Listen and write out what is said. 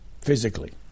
physically